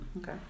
Okay